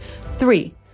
Three